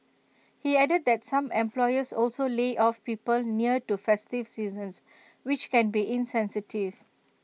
he added that some employers also lay off people near to festive seasons which can be insensitive